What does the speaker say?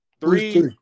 Three